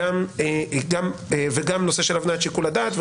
גם נושא של הבניית שיקול הדעת,